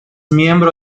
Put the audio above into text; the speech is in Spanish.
miembro